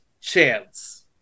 chance